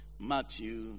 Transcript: Matthew